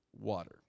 water